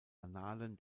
annalen